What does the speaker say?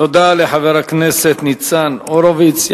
תודה לחבר הכנסת ניצן הורוביץ.